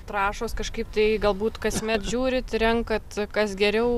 trąšos kažkaip tai galbūt kasmet žiūrit renkat kas geriau